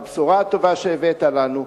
בבשורה הטובה שהבאת לנו: